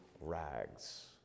rags